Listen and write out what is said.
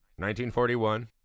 1941